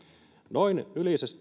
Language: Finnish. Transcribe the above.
noin